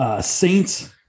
Saints